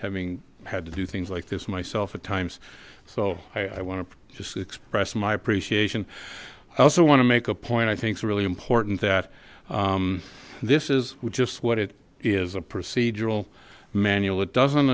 having had to do things like this myself at times so i want to just express my appreciation i also want to make a point i think is really important that this is just what it is a procedural manual it doesn't